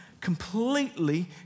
completely